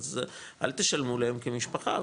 אז אל תשלמו להם כמשפחה,